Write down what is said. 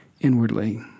inwardly